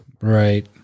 Right